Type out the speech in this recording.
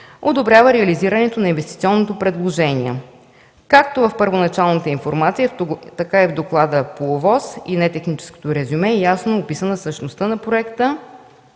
одобрява реализирането на инвестиционното предложение. Както в първоначалната информация, така и в доклада по ОВОС и нетехническото резюме ясно е описана същността на проекта,